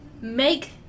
make